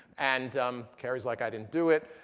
and kerry's like, i didn't do it.